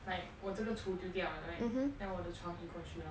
like 我这橱丢掉 liao right then 我的移过去 lor